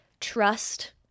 trust